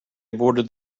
aborted